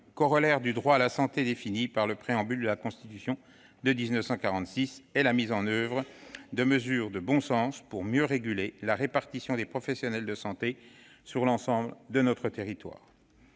corollaire du droit à la santé défini par le préambule de la Constitution de 1946, et à la mise en oeuvre de mesures de bon sens pour mieux réguler la répartition des professionnels de santé sur l'ensemble de notre territoire.